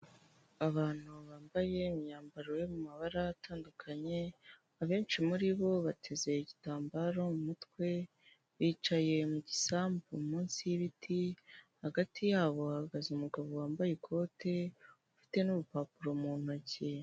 Abantu bambaye imyambaro yo mu mabara atandukanye, abenshi muri bo bateze igitambaro mu mutwe bicaye mu gisambu munsi y'ibiti, hagati yabo hahagaze umugabo wambaye ikote ufite n'urupapuro mu ntoki.